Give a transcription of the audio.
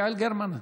יעל גרמן.